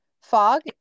Fog